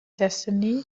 destiny